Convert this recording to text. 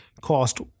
cost